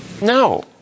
No